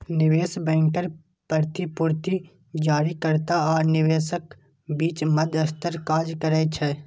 निवेश बैंकर प्रतिभूति जारीकर्ता आ निवेशकक बीच मध्यस्थक काज करै छै